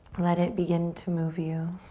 let it begin to move you.